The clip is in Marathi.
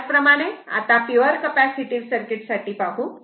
त्याचप्रमाणे आता पिवर कपॅसिटीव्ह सर्किट पाहू